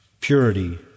purity